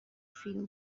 فیلم